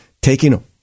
taking